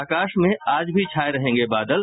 और आकाश में आज भी छाये रहेंगे बादल